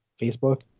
facebook